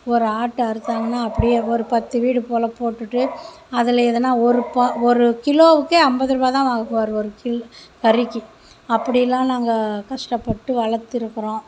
ஒரு ஆட்டை அறுதாங்ன்னா அப்படியே ஒரு பத்து வீடு போல் போட்டுட்டு அதில் எதனா ஒரு கிலோவுக்கே ஐம்பது ரூபா தான் ஒரு கரிக்கு அப்படிலாம் நாங்கள் கஷ்டப்பட்டு வளர்த்துருக்குறோம்